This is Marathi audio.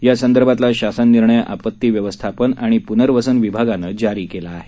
या संदर्भातला शासन निर्णय आपत्ती व्यवस्थापन आणि पुनर्वसन विभागानं जारी केला आहे